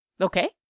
Okay